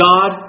God